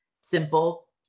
simple